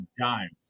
dimes